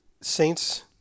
Saints